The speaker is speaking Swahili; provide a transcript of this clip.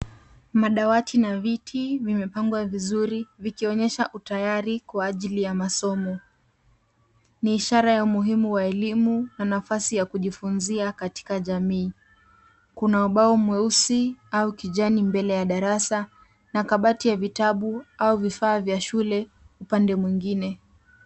Madawati na viti vimepangwa vizuri vikionyesha utayari kwa ajili ya masomo. Ni ishara ya umuhimu wa elimu na nafasi ya kujifunzia katika jamii. Kuna ubao mweusi au kijani mbele ya darasa na kabati ya vitabu au vifaa vya shule upande mwengine.